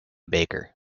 baker